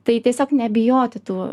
tai tiesiog nebijoti tų